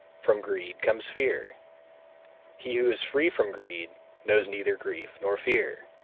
from greed comes fear he who is free from greed knows neither grief nor fear.